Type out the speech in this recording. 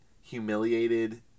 humiliated